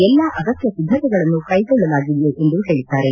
ಎಲ್ಲಾ ಅಗತ್ಯ ಸಿದ್ಧತೆಗಳನ್ನು ಕೈಗೊಳ್ಳಲಾಗುತ್ತಿದೆ ಎಂದು ಹೇಳಿದ್ದಾರೆ